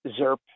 ZERP